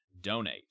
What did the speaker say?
donate